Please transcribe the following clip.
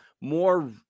more